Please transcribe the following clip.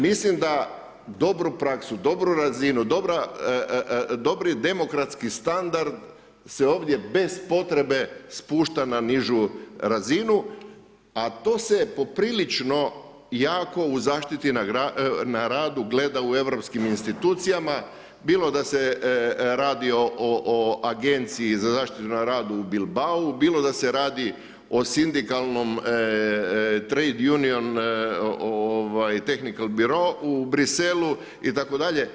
Mislim da dobru praksu, dobru razinu, dobri demokratski standard se ovdje bez potrebe spušta na nižu razinu, a to se poprilično jako u zaštiti na radu gleda u europskim institucijama bilo da se radi o Agenciji za zaštitu na radu u Bilbau, bilo da se radi o sindikalnom Trade Union Tehnical Biro u Bruxellesu itd.